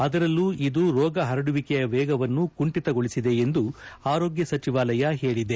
ಅದರಲ್ಲೂ ಇದು ರೋಗದ ಹರಡುವಿಕೆ ವೇಗವನ್ನು ಕುಂಠಿತಗೊಳಿಸಿದೆ ಎಂದು ಆರೋಗ್ನ ಸಚಿವಾಲಯ ಹೇಳಿದೆ